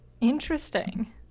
interesting